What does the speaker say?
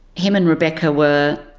him and rebecca were,